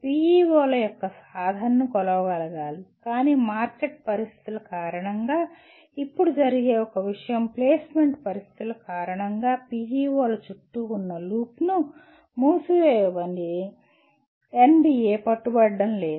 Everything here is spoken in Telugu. PEO ల యొక్క సాధనను కొలవగలగాలి కానీ మార్కెట్ పరిస్థితుల కారణంగా ఇప్పుడు జరిగే ఒక విషయం ప్లేస్మెంట్ పరిస్థితుల కారణంగా PEO ల చుట్టూ ఉన్న లూప్ను మూసివేయమని NBA పట్టుబట్టడం లేదు